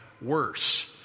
Worse